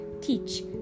teach